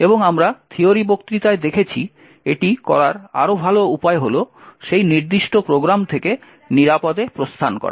এবং আমরা থিওরি বক্তৃতায় দেখেছি এটি করার আরও ভাল উপায় হল সেই নির্দিষ্ট প্রোগ্রাম থেকে নিরাপদে প্রস্থান করা